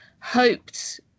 hoped